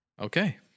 Okay